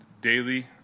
daily